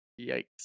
Yikes